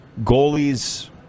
Goalies